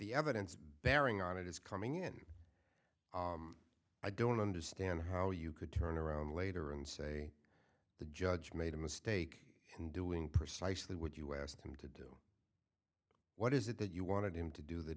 the evidence bearing on it is coming in i don't understand how you could turn around later and say the judge made a mistake in doing precisely what you asked him to do what is it that you wanted him to do that